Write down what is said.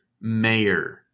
Mayor